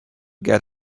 get